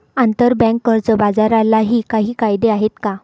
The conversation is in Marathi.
आंतरबँक कर्ज बाजारालाही काही कायदे आहेत का?